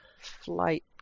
flight